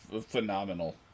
phenomenal